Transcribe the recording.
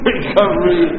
Recovery